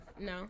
No